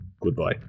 Goodbye